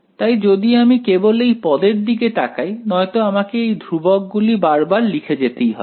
তাই যদি আমি কেবল এই পদের দিকে তাকাই নয়তো আমাকে এই ধ্রুবক গুলি বারবার লিখে যেতেই হবে